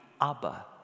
Abba